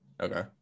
Okay